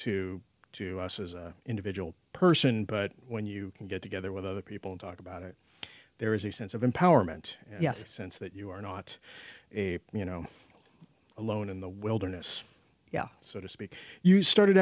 to to us as an individual person but when you get together with other people talk about it there is a sense of empowerment sense that you are not a you know alone in the wilderness yeah so to speak you started